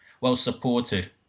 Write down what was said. well-supported